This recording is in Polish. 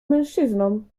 mężczyzną